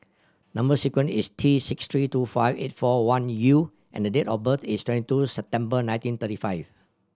number sequence is T six three two five eight four one U and date of birth is twenty two September nineteen thirty five